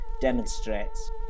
demonstrates